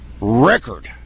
record